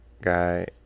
guy